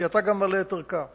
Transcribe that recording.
כי בכך אתה גם מעלה את ערכה,